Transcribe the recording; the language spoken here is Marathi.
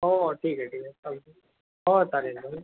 हो हो ठीक आहे ठीक आहे चालतय हो चालेल चालेल